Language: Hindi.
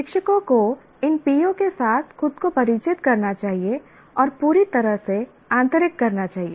शिक्षकों को इन PO के साथ खुद को परिचित करना चाहिए और पूरी तरह से आंतरिक करना चाहिए